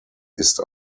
ist